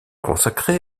consacré